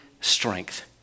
strength